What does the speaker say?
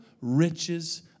riches